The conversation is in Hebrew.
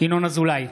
ינון אזולאי,